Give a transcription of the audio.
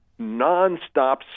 nonstop